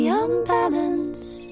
unbalanced